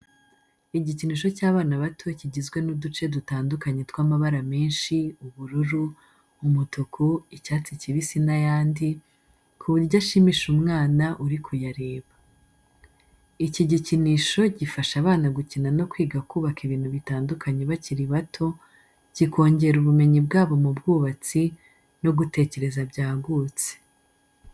Igikinisho cy’abana bato kigizwe n’uduce dutandukanye tw’amabara menshi, ubururu, umutuku, icyatsi kibisi n'ayandi, ku buryo ashimisha umwana uri kuyareba. Iki gikinisho gifasha abana gukina no kwiga kubaka ibintu bitandukanye bakiri bato, kikongera ubumenyi bwabo mu bwubatsi no gutekereza byagutse.